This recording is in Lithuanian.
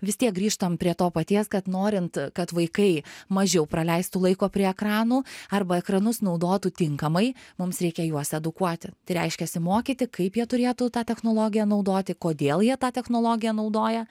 vis tiek grįžtam prie to paties kad norint kad vaikai mažiau praleistų laiko prie ekranų arba ekranus naudotų tinkamai mums reikia juos edukuoti tai reiškiasi mokyti kaip jie turėtų tą technologiją naudoti kodėl jie tą technologiją naudoja